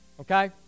okay